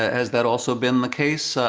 has that also been the case?